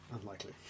Unlikely